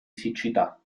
siccità